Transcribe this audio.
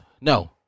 No